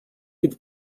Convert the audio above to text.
під